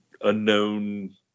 unknown